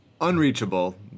unreachable